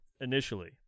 initially